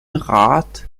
rat